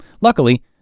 Luckily